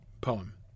poem